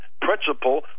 principle